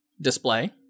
display